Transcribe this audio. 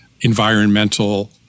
environmental